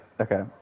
okay